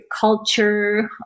culture